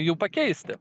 jų pakeisti